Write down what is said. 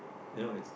you know it